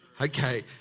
Okay